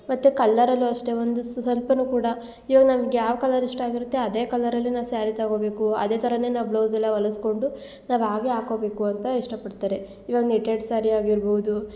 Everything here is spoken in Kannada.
ಮತ್ತು ಕಲ್ಲರಲ್ಲು ಅಷ್ಟೆ ಒಂದು ಸ್ವಲ್ಪನೂ ಕೂಡ ಈಗ ನಮ್ಗೆ ಯಾವ ಕಲರ್ ಇಷ್ಟ ಆಗಿರುತ್ತೆ ಅದೇ ಕಲರಲ್ಲಿ ನಾವು ಸ್ಯಾರಿ ತಗೋಬೇಕು ಅದೆ ಥರನೆ ನಾವು ಬ್ಲೌಸೆಲ್ಲ ಹೊಲಿಸ್ಕೊಂಡು ನಾವು ಹಾಗೆ ಹಾಕೊಬೇಕು ಅಂತ ಇಷ್ಟಪಡ್ತಾರೆ ಇವಾಗ ನೆಟೆಡ್ ಸ್ಯಾರಿ ಆಗಿರ್ಬೋದು